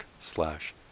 slash